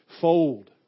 fold